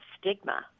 stigma